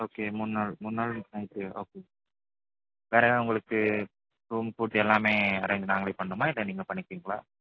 okay மூண் நாள் முண் நாள் நைட் ஓகே வேற ஏதாவது உங்களுக்கு ரூம் ஃபுட்டு எல்லாமே அரேஞ்ச் நாங்களே பண்ணுமா இல்லை நீங்கள் பண்ணிப்பீங்களா